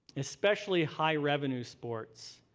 especially high-revenue sports,